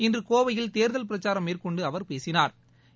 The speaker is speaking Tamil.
இன்று கோவையில் தேர்தல் பிரச்சாரம் மேற்கொண்டு அவர் பேசினாா்